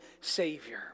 Savior